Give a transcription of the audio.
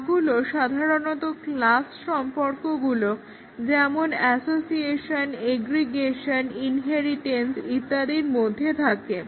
বাগগুলো সাধারণত ক্লাস সম্পর্কগুলো যেমন এসোসিয়েশন এগ্রিগেশন ইনহেরিটেন্স ইত্যাদির মধ্যে থাকে